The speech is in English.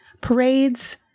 parades